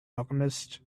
alchemist